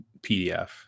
pdf